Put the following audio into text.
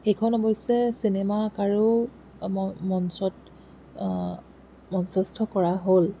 সেইখন অৱশ্যে চিনেমা আকাৰেও মঞ্চত মঞ্চস্থ কৰা হ'ল